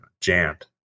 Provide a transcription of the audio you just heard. jammed